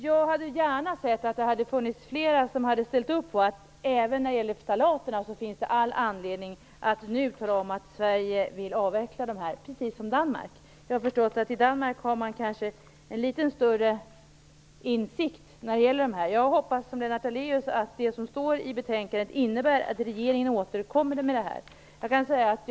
Jag hade gärna sett att flera skulle ha ställt upp på att det även när det gäller ftalaterna finns all anledning att nu tala om att Sverige vill avveckla användningen precis som Danmark. Jag har förstått att i Danmark har man kanske en litet större insikt i dessa frågor. Jag hoppas, liksom Lennart Daléus, att det som står i betänkandet innebär att regeringen återkommer i detta ärende.